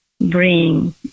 bring